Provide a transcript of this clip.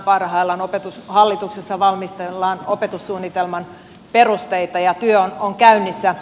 opetushallituksessa valmistellaan opetussuunnitelman perusteita ja työ on käynnissä